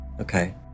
Okay